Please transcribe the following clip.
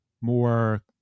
more